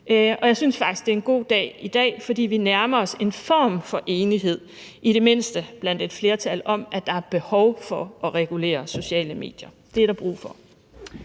og jeg synes faktisk, det er en god dag i dag, fordi vi nærmer os en form for enighed – i det mindste blandt et flertal – om, at der er behov for at regulere sociale medier, for det er der brug for.